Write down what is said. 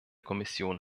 kommission